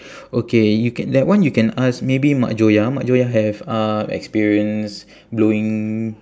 okay you can that one you can ask maybe mak joya mak joya have uh experience blowing